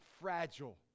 fragile